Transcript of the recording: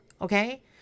okay